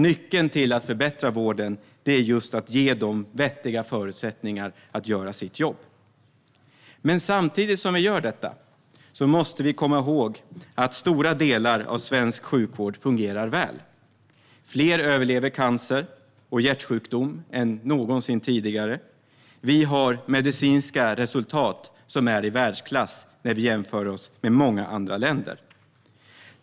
Nyckeln till att förbättra vården är just att ge personalen vettiga förutsättningar att göra sitt jobb. Samtidigt som vi gör detta måste vi komma ihåg att stora delar av svensk sjukvård fungerar väl. Fler överlever cancer och hjärtsjukdom än någonsin tidigare. Vi har medicinska resultat som är i världsklass när vi jämför oss med många andra länder.